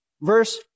verse